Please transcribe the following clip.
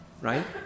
right